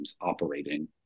operating